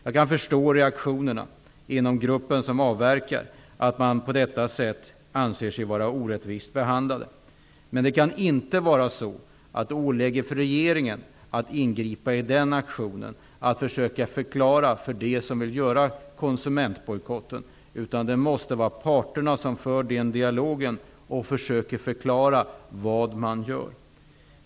Jag kan förstå reaktionen inom den avverkande gruppen, att man anser sig orättvist behandlad, men det kan inte åligga regeringen att ingripa mot denna aktion och att försöka förklara läget för dem som vill genomföra konsumentbojkotten, utan den dialogen måste föras mellan parterna. Man måste där försöka förklara vad man gör.